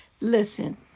Listen